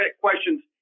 questions